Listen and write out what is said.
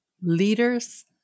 leaders